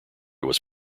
was